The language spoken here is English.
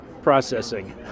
processing